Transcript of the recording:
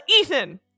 Ethan